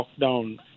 lockdown